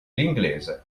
l’inglese